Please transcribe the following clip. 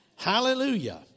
Hallelujah